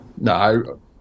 No